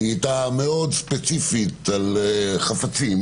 שהיא הייתה מאוד ספציפית על חפצים,